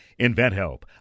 InventHelp